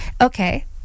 okay